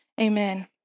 Amen